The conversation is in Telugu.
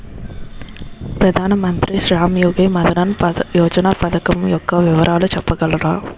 ప్రధాన మంత్రి శ్రమ్ యోగి మన్ధన్ యోజన పథకం యెక్క వివరాలు చెప్పగలరా?